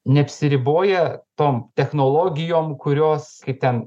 neapsiriboja tom technologijom kurios kaip ten